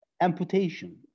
amputation